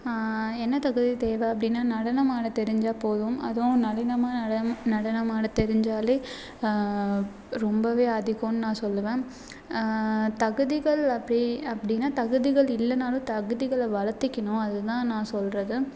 என்ன தகுதி தேவை அப்படின்னா நடனம் ஆட தெரிஞ்சா போதும் அதுவும் நளினமாக நடனம் நடனம் ஆட தெரிஞ்சாலே ரொம்பவே அதிகம் நான் சொல்லுவேன் தகுதிகள் அப்படி அப்படின்னா தகுதிகள் இல்லைனாலும் தகுதிகளை வளர்த்திக்கணும் அது தான் நான் சொல்லுறது